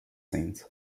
scenes